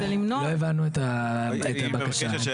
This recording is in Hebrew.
לא הבנו את הבקשה.